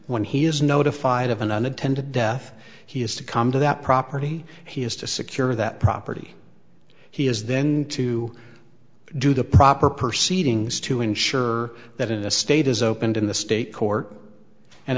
when he is notified of an unintended death he has to come to that property he has to secure that property he is then to do the proper proceed ings to ensure that in the state is opened in the state court and